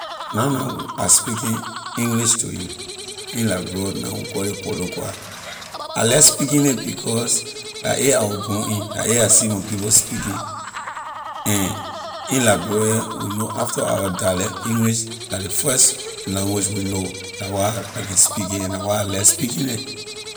Na na I speaking english to you in liberia na we call ley koloqua I like speaking ley because la a I was born in la a I see my people speaking and in liberia here we know after our dialect english la ley first language we know la why I can speak it and la why I like speaking it.